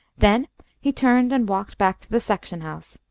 then he turned and walked back to the section-house.